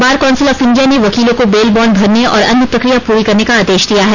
bar council of India ने वकीलों को बेल बांड भरने और अन्य प्रक्रिया पूरी करने का आदेश दिया है